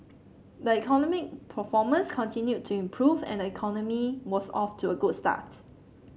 the economic performance continued to improve and the economy was off to a good start